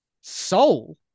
soul